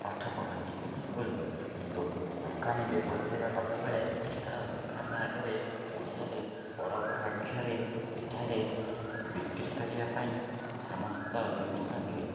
ପାଠ ପଢ଼ନ୍ତି ଓ ଦୋ ଦୋ ଦୋକାନୀ ବ୍ୟବସାୟ କଲାବେଳେ ତାର ଦୋକାନ ଆଗରେ ଓଡ଼ିଆରେ ବଡ଼ ବଡ଼ ଅକ୍ଷରେ ଏଠାରେ ବିକ୍ରି କରିବା ପାଇଁ ସମସ୍ତ ଜିନିଷ ମିଳେ